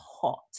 hot